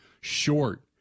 short